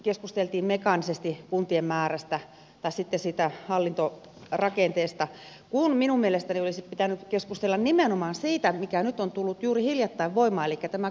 keskusteltiin mekaanisesti kuntien määrästä tai sitten siitä hallintorakenteesta kun minun mielestäni olisi pitänyt keskustella nimenomaan siitä mikä nyt on tullut juuri hiljattain voimaan elikkä tästä kuntakokeilulaista